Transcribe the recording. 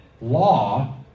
law